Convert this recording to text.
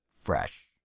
fresh